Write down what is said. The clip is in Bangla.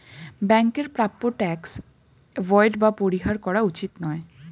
ব্যাংকের প্রাপ্য ট্যাক্স এভোইড বা পরিহার করা উচিত নয়